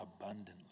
abundantly